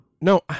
No